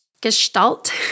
gestalt